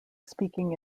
speaking